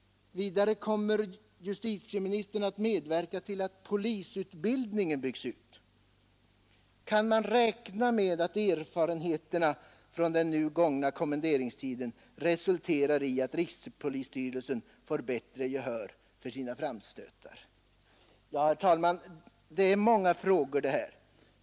Kommer justitieministern vidare att medverka till att polisutbildningen byggs ut? Kan man räkna med att erfarenheterna från den nu gångna kommenderingstiden resulterar i att rikspolisstyrelsen får bättre gehör för sina framstötar? Herr talman! Det här var många frågor.